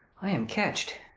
i am catch'd.